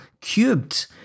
cubed